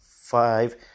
five